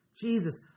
Jesus